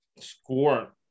score